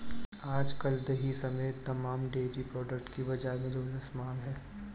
आज कल दही समेत तमाम डेरी प्रोडक्ट की बाजार में ज़बरदस्त मांग है